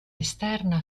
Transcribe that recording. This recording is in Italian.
esterna